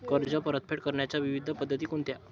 कर्ज परतफेड करण्याच्या विविध पद्धती कोणत्या?